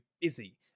busy